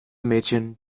mädchen